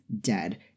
dead